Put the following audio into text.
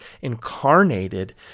incarnated